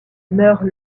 meurt